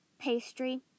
pastry